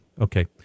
Okay